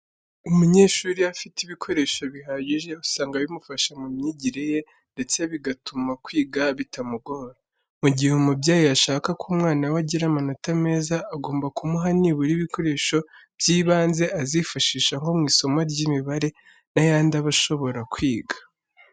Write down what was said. Umunyeshuri iyo afite ibikoresho bihagije, usanga bimufasha mu myigire ye ndetse bigatuma kwiga bitamugora. Mu gihe umubyeyi ashaka ko umwana we agira amanota meza agomba kumuha nibura ibikoresho by'ibanze azifashisha nko mu isomo ry'imibare n'ayandi aba ashobora kwiga.